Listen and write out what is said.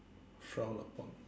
frowned upon